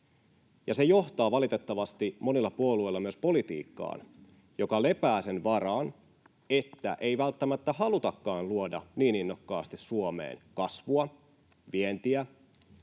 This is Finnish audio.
Se johtaa valitettavasti monilla puolueilla myös politiikkaan, joka lepää sen varaan, että ei välttämättä halutakaan luoda niin innokkaasti Suomeen kasvua, vientiä,